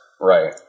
Right